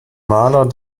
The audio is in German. maler